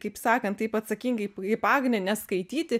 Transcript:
kaip sakant taip atsakingai kaip agnė neskaityti